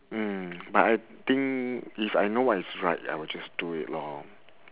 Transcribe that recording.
mm but I think if I know what is right I will just do it lor